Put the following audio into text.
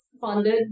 funded